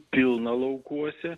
pilna laukuose